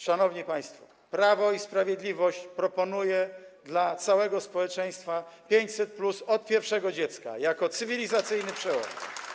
Szanowni państwo, Prawo i Sprawiedliwość proponuje dla całego społeczeństwa 500+ od pierwszego dziecka jako cywilizacyjny przełom.